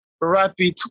rapid